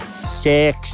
Sick